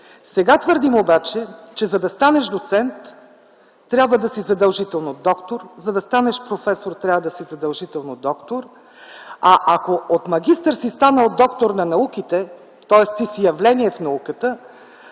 Сега твърдим обаче, че за да станеш доцент, трябва да си задължително доктор, за да станеш професор, трябва да си задължително доктор, а ако от магистър си станал доктор на науките, тоест ти си явление в науката,